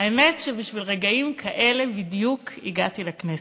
האמת, שבשביל רגעים כאלה בדיוק הגעתי לכנסת.